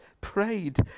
prayed